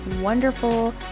wonderful